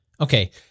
Okay